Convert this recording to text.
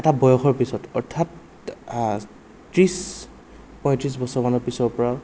এটা বয়সৰ পিছত অৰ্থাৎ ত্ৰিছ পঁয়ত্ৰিছ বছৰমানৰ পিছৰ পৰা